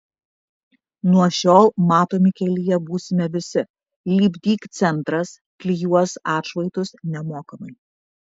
nuo šiol matomi kelyje būsime visi lipdyk centras klijuos atšvaitus nemokamai